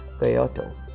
Kyoto